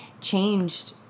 changed